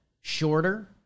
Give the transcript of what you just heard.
shorter